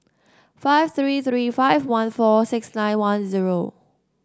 five three three five one four six nine one zero